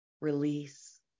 release